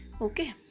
Okay